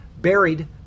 buried